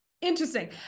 interesting